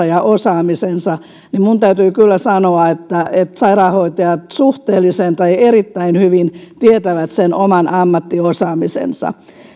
ja osaamisensa niin minun täytyy kyllä sanoa että sairaanhoitajat suhteellisen tai erittäin hyvin tietävät sen oman ammattiosaamisensa